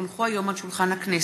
כי הונחו היום על שולחן הכנסת,